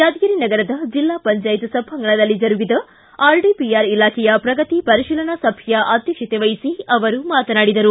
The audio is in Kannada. ಯಾದಗಿರಿ ನಗರದ ಜಿಲ್ಲಾ ಪಂಚಾಯತ್ ಸಭಾಂಗಣದಲ್ಲಿ ಜರುಗಿದ ಆರ್ಡಿಪಿಆರ್ ಇಲಾಖೆಯ ಪ್ರಗತಿ ಪರಿಶೀಲನಾ ಸಭೆಯ ಅಧ್ಯಕ್ಷತೆ ವಹಿಸಿ ಅವರು ಮಾತನಾಡಿದರು